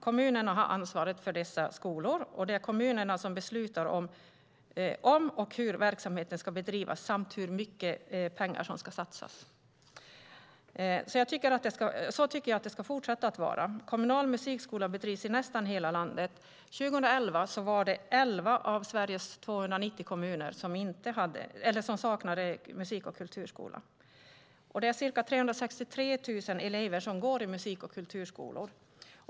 Kommunerna har ansvaret för dessa skolor, och det är kommunerna som beslutar om och hur verksamheten ska bedrivas samt hur mycket pengar som ska satsas. Så tycker jag att det ska fortsätta att vara. Kommunal musikskola bedrivs i nästan hela landet. År 2011 var det elva av Sveriges 290 kommuner som saknade musik och kulturskola. Ca 363 000 elever går i musik och kulturskolor.